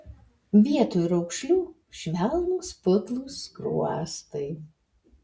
vietoj raukšlių švelnūs putlūs skruostai